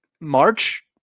March